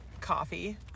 coffee